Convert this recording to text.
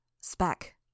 SPEC